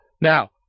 Now